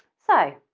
so,